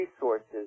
resources